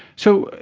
so